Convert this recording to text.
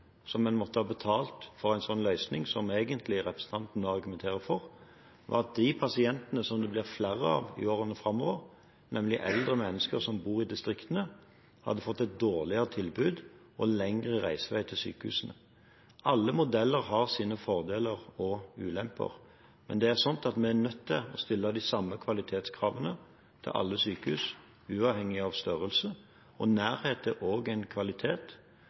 som en måtte ha betalt for en slik løsning som representanten nå egentlig argumenterer for, ville vært at de pasientene som det blir flere av i årene framover, nemlig eldre mennesker som bor i distriktene, hadde fått et dårligere tilbud og lengre reisevei til sykehusene. Alle modeller har sine fordeler og ulemper, men vi er nødt til å stille de samme kvalitetskravene til alle sykehus, uavhengig av størrelse, og nærhet er også en kvalitet.